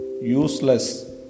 useless